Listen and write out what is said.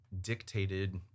dictated